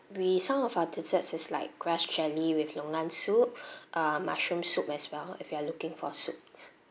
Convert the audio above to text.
we some of our desserts is like grass jelly with longan soup uh mushroom soup as well if you are looking for soups